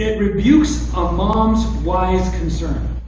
and rebukes a mom's wise concern.